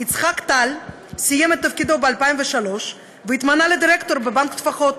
יצחק טל סיים את תפקידו ב-2003 והתמנה לדירקטור בבנק טפחות,